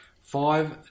five